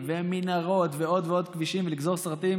ומנהרות ועוד ועוד כבישים ולגזור סרטים